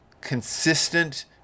consistent